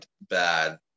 bad